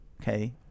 Okay